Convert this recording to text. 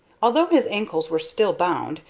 although his ankles were still bound,